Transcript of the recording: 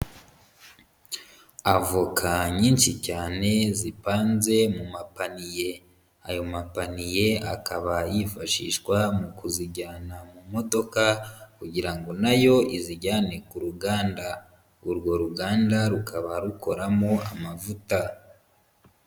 Avoka nyinshi cyane zipanze mu mapaniye. Ayo mapaniye akaba yifashishwa mu kuzijyana mu modoka kugira ngo na yo izijyane ku ruganda. urwo ruganda rukaba rukoramo amavuta.